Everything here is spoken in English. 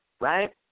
right